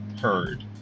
Heard